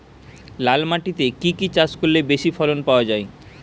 লাল মাটিতে কি কি চাষ করলে বেশি ফলন পাওয়া যায়?